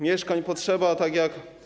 Mieszkań potrzeba tak jak.